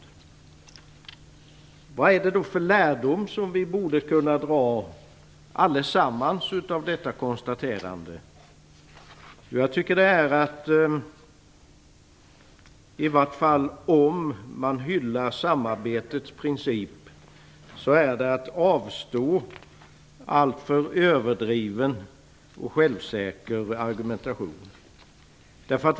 Vad är det då för lärdom som vi allesammans borde kunna dra av detta konstaterande? Om man hyllar samarbetets princip är det i vart fall att avstå alltför överdriven och självsäker argumentation.